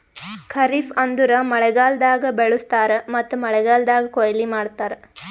ಖರಿಫ್ ಅಂದುರ್ ಮಳೆಗಾಲ್ದಾಗ್ ಬೆಳುಸ್ತಾರ್ ಮತ್ತ ಮಳೆಗಾಲ್ದಾಗ್ ಕೊಯ್ಲಿ ಮಾಡ್ತಾರ್